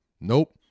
nope